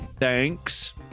Thanks